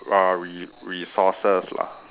uh re~ resources lah